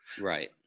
Right